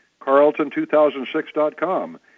carlton2006.com